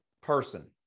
person